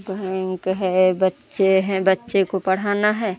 bank है बच्चे हैं बच्चे को पढ़ाना है